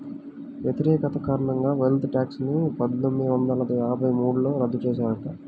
వ్యతిరేకత కారణంగా wealth tax ని పందొమ్మిది వందల యాభై మూడులో రద్దు చేశారట